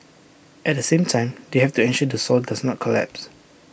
at the same time they have to ensure the soil does not collapse